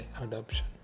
adoption